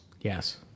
yes